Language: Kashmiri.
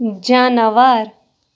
جاناوار